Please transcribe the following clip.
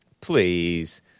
Please